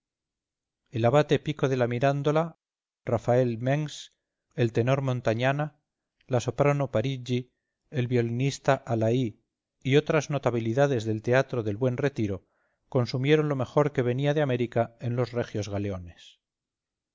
el abate pico de la mirandola rafael mengs el tenor montagnana la soprano pariggi el violinista alaí y otras notabilidades del teatro del buen retiro consumieron lo mejor que venía de américa en los regios galeones